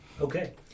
Okay